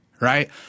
Right